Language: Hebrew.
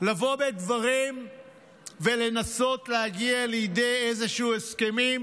לבוא בדברים ולנסות להגיע לידי איזשהו הסכם.